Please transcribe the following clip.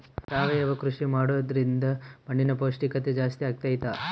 ಸಾವಯವ ಕೃಷಿ ಮಾಡೋದ್ರಿಂದ ಮಣ್ಣಿನ ಪೌಷ್ಠಿಕತೆ ಜಾಸ್ತಿ ಆಗ್ತೈತಾ?